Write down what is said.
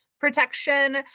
protection